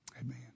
Amen